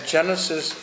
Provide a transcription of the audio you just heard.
Genesis